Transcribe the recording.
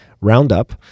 roundup